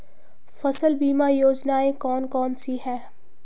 फसल बीमा योजनाएँ कौन कौनसी हैं?